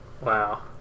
Wow